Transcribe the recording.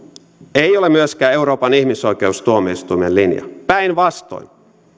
ei ole myöskään euroopan ihmisoikeustuomioistuimen linja päinvastoin